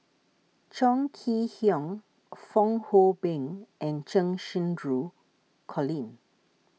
Chong Kee Hiong Fong Hoe Beng and Cheng Xinru Colin